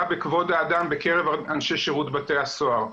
בכבוד האדם בקרב אנשי שירות בתי הסוהר.